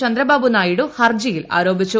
ചന്ദ്രബാബ്ബു് നായിഡു ഹർജിയിൽ ആരോപിച്ചു